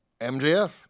MJF